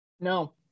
no